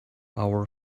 our